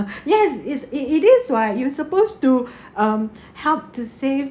yes it's it it is what you supposed to um help to save